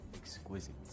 exquisite